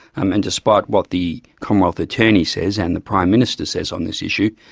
um and despite what the commonwealth attorney says and the prime minister says on this issue,